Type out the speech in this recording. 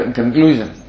conclusion